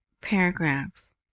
paragraphs